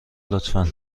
لطفا